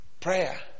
Prayer